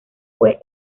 fue